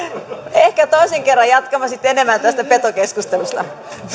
ehkä toisen kerran jatkamme sitten enemmän tästä petokeskustelusta